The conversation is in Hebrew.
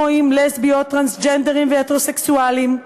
הומואים, לסביות, טרנסג'נדרים והטרוסקסואלים,